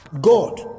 God